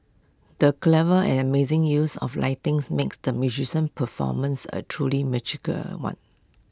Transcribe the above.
the clever and amazing use of lighting's makes the musician performance A truly magical one